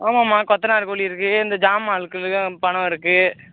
ஆமாம்மா கொத்தனார் கூலி இருக்குது இந்த சாமான் எடுக்கணுங்க பணம் இருக்குது